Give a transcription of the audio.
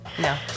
No